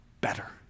better